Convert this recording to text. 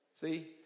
See